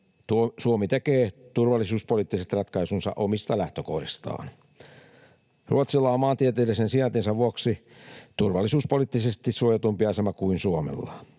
Suomi tekee turvallisuuspoliittiset ratkaisunsa omista lähtökohdistaan. Ruotsilla on maantieteellisen sijaintinsa vuoksi turvallisuuspoliittisesti suojatumpi asema kuin Suomella.